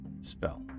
spell